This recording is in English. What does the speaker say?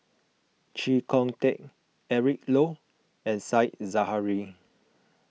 Chee Kong Tet Eric Low and Said Zahari